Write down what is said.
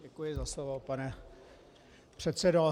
Děkuji za slovo, pane předsedo.